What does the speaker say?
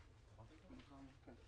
אנחנו עוברים לסעיף